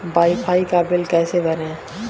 Wi fi का बिल कैसे भरें?